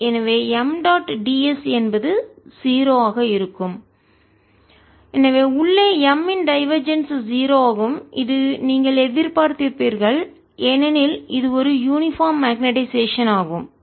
எனவே M dot d s என்பது 0 ஆக இருக்கும் எனவே உள்ளே M இன் டைவர்ஜென்ஸ் 0 ஆகும் இது நீங்கள் எதிர் பார்த்திருப்பீர்கள் ஏனெனில் இது ஒரு யூனிபார்ம் மக்னெட்டைசேஷன் சீரான காந்தமாக்கல்ஆகும்